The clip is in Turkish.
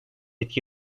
etki